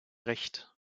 recht